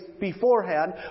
beforehand